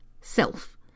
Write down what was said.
self